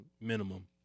minimum